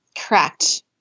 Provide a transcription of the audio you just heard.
Correct